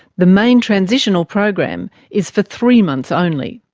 the main transitional program is for three months only.